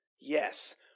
Yes